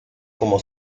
como